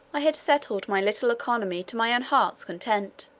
i had settled my little economy to my own heart's content.